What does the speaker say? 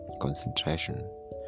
concentration